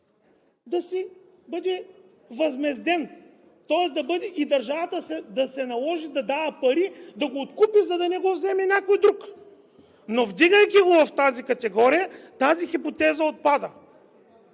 да бъде възмезден, тоест държавата да се наложи да дава пари да го откупи, за да не го вземе някой друг? Но вдигайки го в тази категория, тази хипотеза отпада.